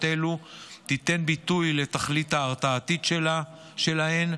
אלו תיתן ביטוי לתכלית ההרתעתית שלהן.